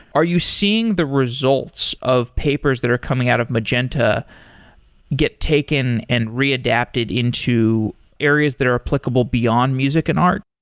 are you seeing the results of papers that are coming out of magenta get taken and readapted into areas that are applicable beyond music and art?